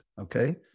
okay